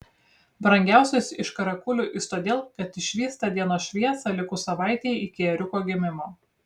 brangiausias iš karakulių jis todėl kad išvysta dienos šviesą likus savaitei iki ėriuko gimimo